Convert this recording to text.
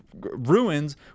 ruins